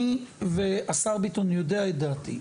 אני והשר ביטון יודע את דעתי,